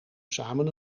samen